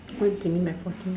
what do you mean by forty